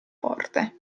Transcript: forte